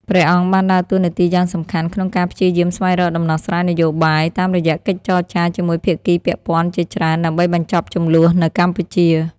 ព្រះអង្គបានដើរតួនាទីយ៉ាងសំខាន់ក្នុងការព្យាយាមស្វែងរកដំណោះស្រាយនយោបាយតាមរយៈកិច្ចចរចាជាមួយភាគីពាក់ព័ន្ធជាច្រើន ដើម្បីបញ្ចប់ជម្លោះនៅកម្ពុជា។